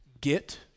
Get